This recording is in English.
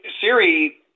Siri